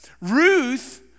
Ruth